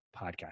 podcast